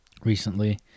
recently